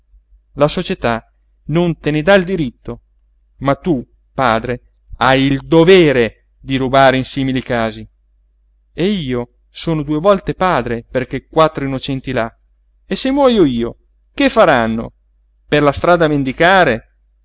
la società non te ne dà il diritto ma tu padre hai il dovere di rubare in simili casi e io sono due volte padre per quei quattro innocenti là e se muojo io come faranno per la strada a mendicare